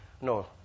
No